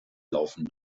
laufen